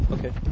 Okay